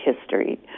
history